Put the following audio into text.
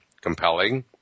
compelling